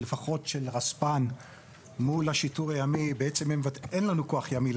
לפחות של רספ"ן מול השיטור הימי למעשה אין לנו כוח ימי,